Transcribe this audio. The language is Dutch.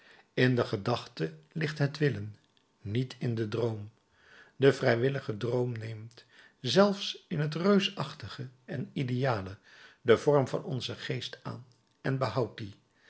in de gedachte ligt het willen niet in den droom de vrijwillige droom neemt zelfs in het reusachtige en ideale den vorm van onzen geest aan en behoudt dien